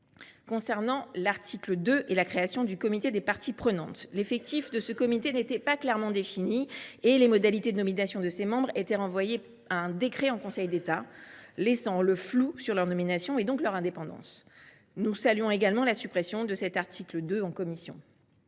viens à l’article 2, qui créait un comité des parties prenantes. L’effectif de cet organe n’était pas clairement défini et les modalités de nomination de ses membres étaient renvoyées à un décret en Conseil d’État, laissant le flou sur leur nomination, donc leur indépendance. Nous saluons également la suppression de cet article en commission.